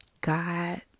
God